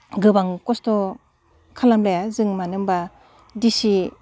गोबां खस्थ' खालामलाया जों मानो होमब्ला दिसि